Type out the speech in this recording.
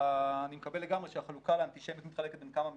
אני מקבל לגמרי שהחלוקה לאנטישמיות מתחלקת בין כמה משרדים,